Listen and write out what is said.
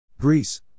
Greece